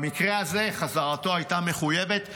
במקרה הזה חזרתו הייתה מחויבת.